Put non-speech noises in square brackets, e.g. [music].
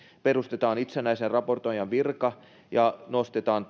perustetaan itsenäisen raportoijan virka ja nostetaan [unintelligible]